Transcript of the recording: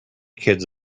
kids